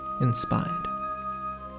inspired